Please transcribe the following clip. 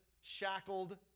shackled